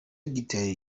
hegitari